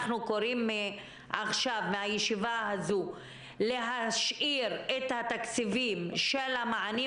אנחנו קוראים עכשיו מישיבה זו להשאיר את התקציבים של המענים